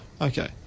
Okay